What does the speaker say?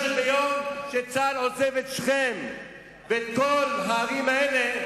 ביום שצה"ל עוזב את שכם ואת כל הערים האלה,